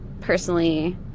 personally